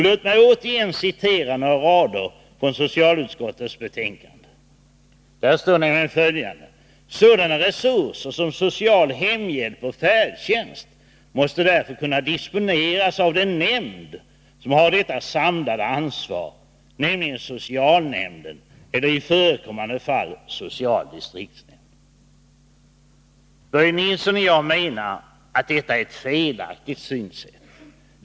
Låt mig åter citera några rader ur socialutskottets betänkande: ”Sådana resurser som social hemhjälp och färdtjänst måste därför kunna disponeras av den nämnd som har detta samlade ansvar, nämligen socialnämnden eller i förekommande fall social distriktshämnd.” Börje Nilsson och jag menar att detta är ett felaktigt synsätt.